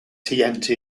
tnt